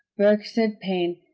burke, said paine,